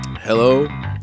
Hello